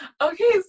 okay